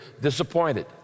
disappointed